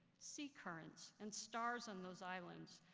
sea currents, and stars on those islands,